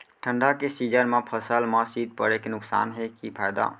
ठंडा के सीजन मा फसल मा शीत पड़े के नुकसान हे कि फायदा?